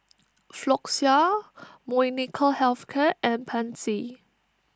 Floxia Molnylcke Health Care and Pansy